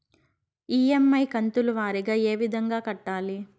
EMI కంతుల వారీగా ఏ విధంగా కట్టాలి